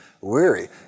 weary